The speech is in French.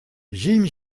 jim